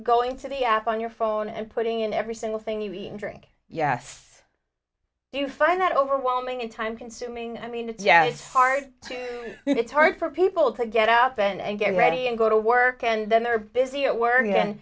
going to the app on your phone and putting in every single thing you drink yes do you find that overwhelming in time consuming i mean it's yeah it's hard to it's hard for people to get up and get ready and go to work and then they're busy at work and